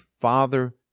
father